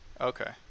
Okay